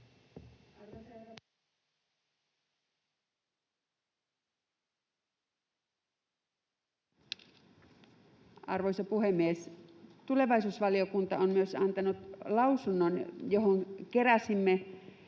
Arvoisa puhemies! Tulevaisuusvaliokunta on myös antanut lausunnon, johon keräsimme